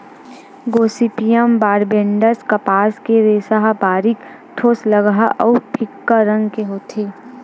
Gossypium बारबेडॅन्स कपास के रेसा ह बारीक, ठोसलगहा अउ फीक्का रंग के होथे